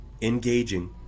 engaging